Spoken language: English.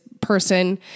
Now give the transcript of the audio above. person